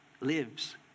lives